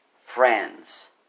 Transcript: Friends